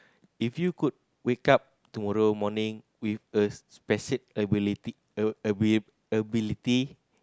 if you could wake up tomorrow morning with a special ability